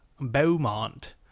beaumont